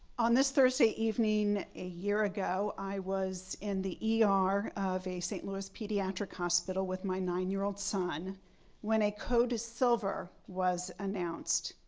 on this thursday evening a year ago, i was in the e r. of a st. louis pediatric hospital with my nine year old son when a code silver was announced.